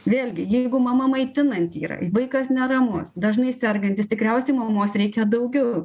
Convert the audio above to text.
vėlgi jeigu mama maitinanti yra vaikas neramus dažnai sergantis tikriausiai mamos reikia daugiau